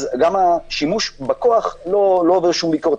אז גם השימוש בכוח לא עובר שום ביקורת.